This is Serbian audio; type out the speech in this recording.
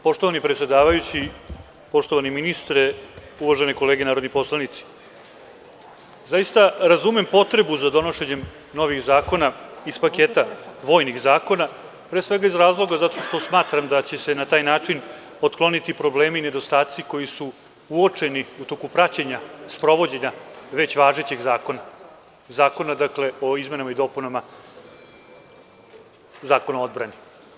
Poštovani predsedavajući, poštovani ministre, uvažene kolege narodni poslanici, zaista razumem potrebu za donošenjem novih zakona iz paketa vojnih zakona, pre svega iz razloga što smatram da će se na taj način otkloniti problemi i nedostaci koji su uočeni u toku praćenja, sprovođenja već važećeg zakona, Zakona o izmenama i dopunama Zakona o odbrani.